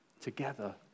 together